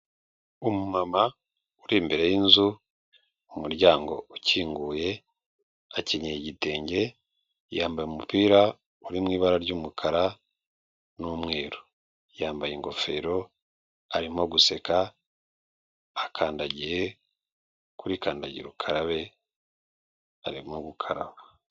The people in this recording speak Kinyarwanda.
Umumama uri imbere y'inzu, umuryango ukinguye, akenyeye igitenge, yambaye umupira uri mu ibara ry'umukara n'umweru. Yambaye ingofero, arimo guseka, akandagiye kuri kandagira ukarabe, arimo gukaraba.